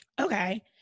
okay